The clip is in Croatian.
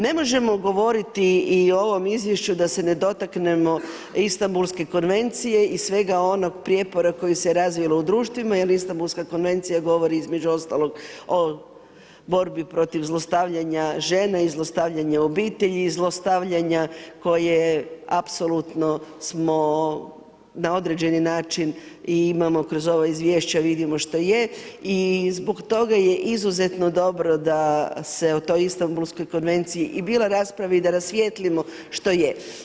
Ne možemo govoriti i o ovom izvješću da se ne dotaknemo Istanbulske konvencije i svega onoga prijepora koji se razvija u društvima, jedna Istanbulska konvencija govori između ostalog o borbi protiv zlostavljanja žena i zlostavljanja u obitelji i zlostavljanja koje apsolutno smo na određeni način i imamo kroz ova izvješća vidimo što je, i zbog toga je izuzetno dobro da se o toj Istanbulskoj konvenciji, i bila rasprava i da rasvijetlimo što je.